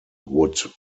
would